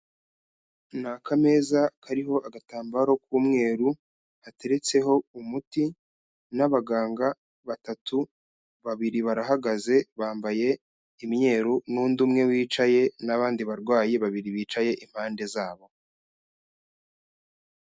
Ni akameza kariho agatambaro k'umweru, hateretseho umuti n'abaganga batatu, babiri barahagaze bambaye imyeru n'undi umwe wicaye n'abandi barwayi babiri bicaye impande zabo.